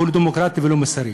לא דמוקרטי ולא מוסרי.